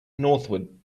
northward